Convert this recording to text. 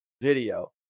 video